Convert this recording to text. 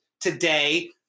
today